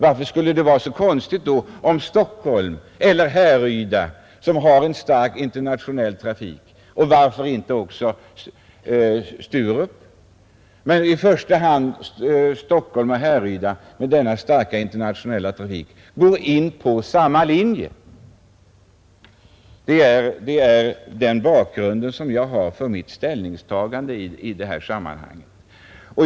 Varför skulle det vara så konstigt då, om man i Stockholm och Härryda med deras starkt internationella trafik — och varför inte även i Sturup — går in på samma linje? Det är bakgrunden till mitt ställningstagande i detta sammanhang.